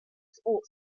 sports